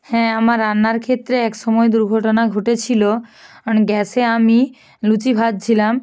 হ্যাঁ আমার রান্নার ক্ষেত্রে এক সময় দুর্ঘটনা ঘটেছিল গ্যাসে আমি লুচি ভাজছিলাম